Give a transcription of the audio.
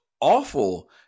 awful